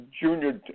junior